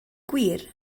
gwir